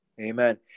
Amen